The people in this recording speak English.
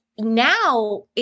Now